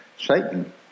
satan